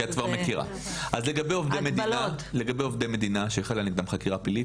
אז לגבי עובדי מדינה שחלה נגדם חקירה פלילית,